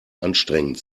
anstrengend